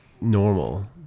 normal